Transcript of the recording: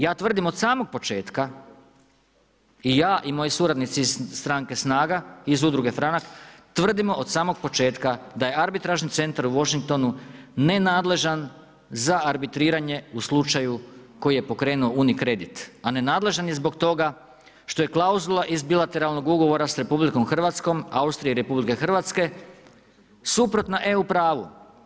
Ja tvrdim od samog početka i ja i moji suradnici iz stranke SNAGA i iz Udruge Franak tvrdimo od samog početka da je arbitražni centar u Washingtonu nenadležan za arbitriranje u slučaju koji je pokrenuo UniCredit, a nenadležan je zbog toga što je klauzula iz bilateralnog ugovora s RH Austrije i RH suprotna eu pravu.